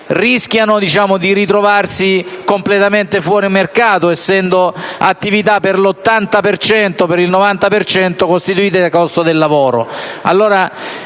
rischiano di ritrovarsi completamente fuori mercato essendo la loro attivita per l’80-90 per cento costituita dal costo del lavoro.